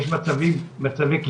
אבל מה שאני חוששת ממנו,